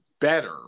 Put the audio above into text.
better